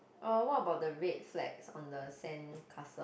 oh what about the red flags on the sandcastle